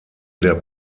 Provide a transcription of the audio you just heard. der